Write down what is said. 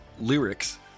lyrics